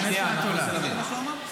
שנייה, אני מנסה להבין.